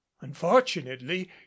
unfortunately